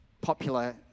popular